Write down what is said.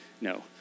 No